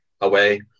away